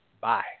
Bye